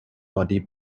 body